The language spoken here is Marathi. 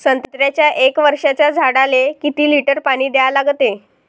संत्र्याच्या एक वर्षाच्या झाडाले किती लिटर पाणी द्या लागते?